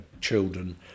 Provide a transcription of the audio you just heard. children